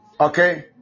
Okay